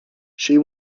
she